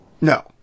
no